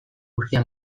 guztia